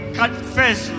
confess